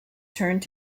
turned